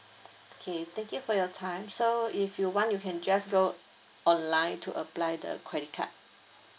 okay thank you for your time so if you want you can just go online to apply the credit card